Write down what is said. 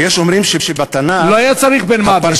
ויש אומרים שבתנ"ך, הוא לא היה צריך, בן-מוות.